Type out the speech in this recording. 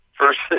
first